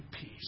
peace